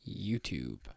YouTube